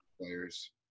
players